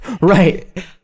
Right